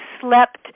slept